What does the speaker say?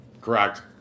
Correct